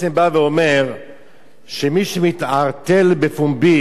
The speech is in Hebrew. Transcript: החוק בא ואומר שמי מתערטל בפומבי,